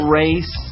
race